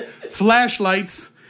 flashlights